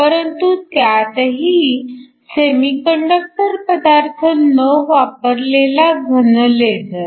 परंतु त्यातही सेमीकंडक्टर पदार्थ न वापरलेला घन लेझर